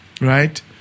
right